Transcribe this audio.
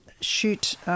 shoot